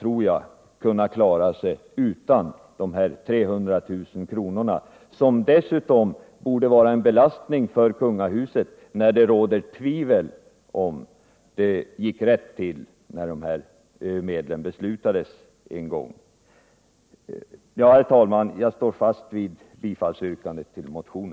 borde kunna klara sig utan de här 300 000 kronorna — som dessutom borde vara en belastning för kungahuset, eftersom det råder tvivel om huruvida det gick rätt till när beslutet om medlen fattades en gång. Herr talman, jag står fast vid yrkandet om bifall till motionen.